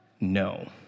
no